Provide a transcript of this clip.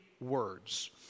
words